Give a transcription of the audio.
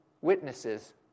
witnesses